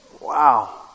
Wow